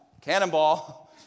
cannonball